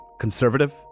conservative